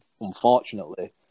unfortunately